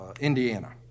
Indiana